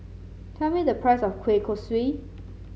tell me the price of Kueh Kosui